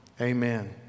Amen